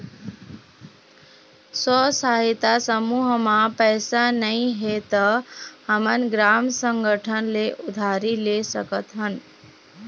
स्व सहायता समूह म पइसा नइ हे त हमन ग्राम संगठन ले उधारी ले सकत हन